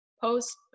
post